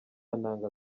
ntanga